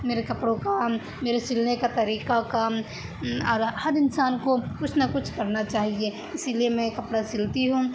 میرے کپڑوں کا میرے سلنے کا طریقہ کا اور ہر انسان کو کچھ نہ کچھ کرنا چاہیے اسی لیے میں کپڑا سلتی ہوں